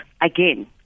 again